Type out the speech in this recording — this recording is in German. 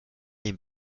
den